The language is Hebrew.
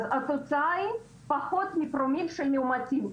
התוצאה היא פחות מפרומיל של מאומתים.